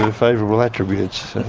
ah favourable attributes.